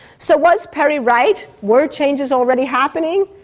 so was perry right? were changes already happening?